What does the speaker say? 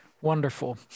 Wonderful